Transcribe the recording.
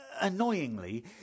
annoyingly